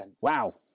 Wow